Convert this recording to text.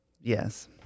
Yes